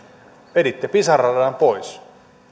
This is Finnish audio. veditte pisara radan pois